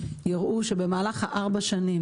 יראו שבמהלך הארבע שנים,